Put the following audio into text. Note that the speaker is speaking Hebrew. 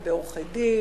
הרבה עורכי-דין,